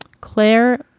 Claire